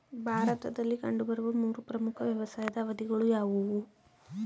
ಭಾರತದಲ್ಲಿ ಕಂಡುಬರುವ ಮೂರು ಪ್ರಮುಖ ವ್ಯವಸಾಯದ ಅವಧಿಗಳು ಯಾವುವು?